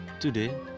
Today